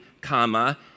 comma